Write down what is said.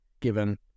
given